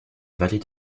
vallée